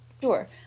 Sure